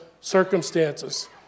circumstances